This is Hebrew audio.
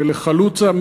ולחלוצה.